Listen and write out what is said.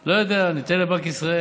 לא יודע, ניתן לבנק ישראל.